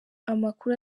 amakuru